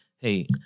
hey